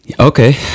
okay